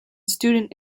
student